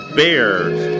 bears